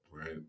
right